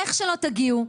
איך שלא תגיעו,